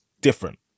different